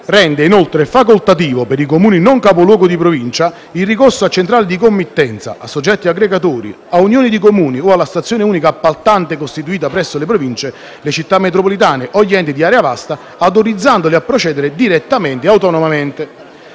rende inoltre facoltativo per i Comuni non capoluogo di Provincia il ricorso a centrali di committenza, a soggetti aggregatori, a unioni di Comuni o alla stazione unica appaltante costituita presso le Province, le Città metropolitane o gli Enti di area vasta, autorizzandoli a procedere direttamente e autonomamente